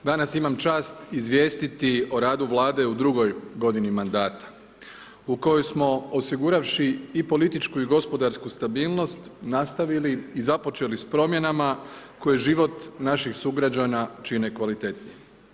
Danas imam čast izvijestiti o radu Vlade u drugoj godini mandata u koju smo osiguravši i političku i gospodarsku stabilnost nastavili i započeli s promjenama koje život naših sugrađana čine kvalitetnijim.